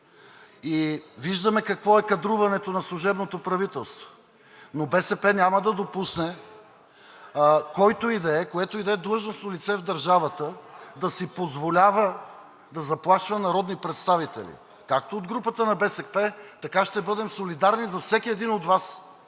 Виждаме какво е кадруването на служебното правителство, но БСП няма да допусне който и да е, което и да е длъжностно лице в държавата, да си позволява да заплашва народни представители както от групата на БСП, така ще бъдем солидарни за всеки един от Вас,